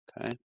okay